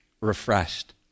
refreshed